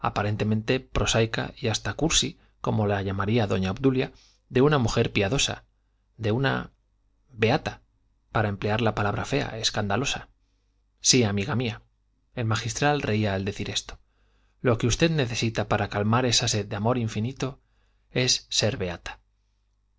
aparentemente prosaica y hasta cursi como la llamaría doña obdulia de una mujer piadosa de una beata para emplear la palabra fea escandalosa sí amiga mía el magistral reía al decir esto lo que usted necesita para calmar esa sed de amor infinito es ser beata